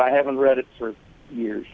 i haven't read it for years